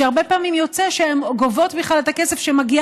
שהרבה פעמים יוצא שהן גובות בכלל את הכסף שמגיע